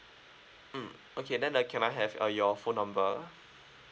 mm okay then uh can I have uh your phone number